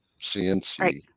CNC